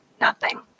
nothing